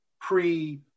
pre